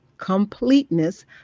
completeness